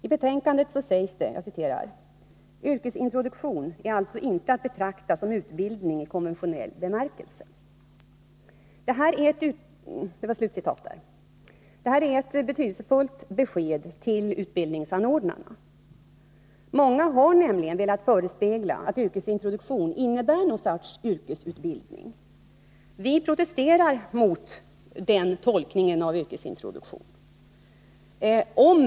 I betänkandet sägs det: ”Yrkesintroduktion är alltså inte att betrakta som utbildning i konventionell bemärkel | Sed Detta är ett betydelsefullt besked till utbildningsanordnarna. Många har nämligen velat göra gällande att yrkesintroduktionen innebär något slags yrkesutbildning. Vi protesterar mot den tolkningen av yrkesintroduktionen.